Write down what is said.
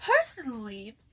personally